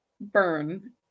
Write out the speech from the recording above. Burn